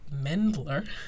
Mendler